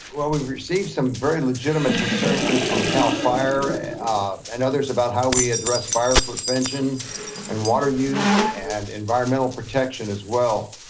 well, we've received some very legitimate concerns from cal fire and others about how we address fire prevention and water use and environmental protection as well.